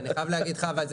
אבל אני חייב להגיד לך,